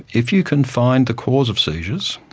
if you can find the cause of seizures,